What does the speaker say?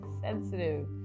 sensitive